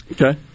Okay